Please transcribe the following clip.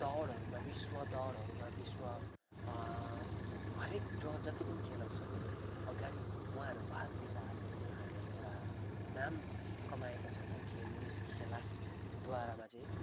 दौडहरूमा विश्व दौडहरूमा विश्व हरेक जो जति पनि खेलहरू छन् है अगाडि उहाँहरू भाग लिएर उहाँले आज एउटा नाम कमाएका छन् खेल यस खेलाद्वारामा चाहिँ